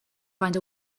find